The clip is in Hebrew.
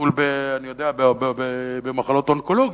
לטיפול במחלות אונקולוגיות.